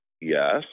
Yes